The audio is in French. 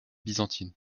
byzantine